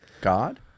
God